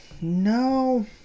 no